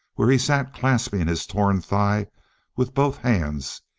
where he sat clasping his torn thigh with both hands,